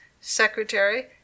secretary